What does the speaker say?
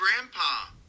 grandpa